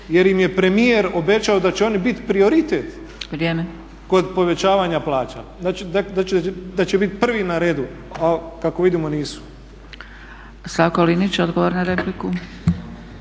jer im je premijer obećao da će oni biti prioritet kod povećavanja plaća, da će biti prvi na redu. A kako vidimo nisu.